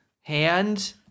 Hand